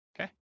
Okay